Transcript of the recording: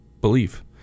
belief